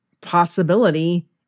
possibility